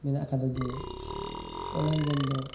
ᱢᱮᱱᱟ ᱟᱠᱟᱫᱟ ᱡᱮ ᱚᱱᱞᱟᱭᱤᱱ ᱜᱮᱢᱫᱚ